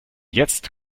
jetzt